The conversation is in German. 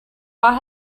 war